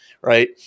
right